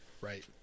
Right